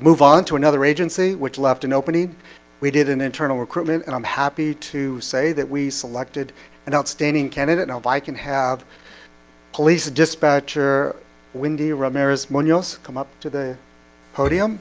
move on to another agency which left an opening we did an internal recruitment and i'm happy to say that we selected an outstanding candidate now if i can have police dispatcher wendy ramirez munoz come up to the podium